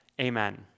Amen